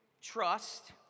trust